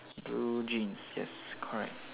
blue jeans yes correct